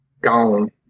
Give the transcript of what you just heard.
gone